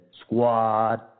Squad